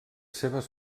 seves